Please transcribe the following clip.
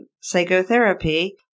psychotherapy